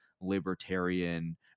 libertarian